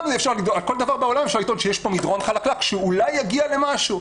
על כל דבר בעולם אפשר לטעון שיש פה מדרון חלקלק שאולי יגיע למשהו,